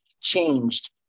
changed